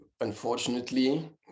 Unfortunately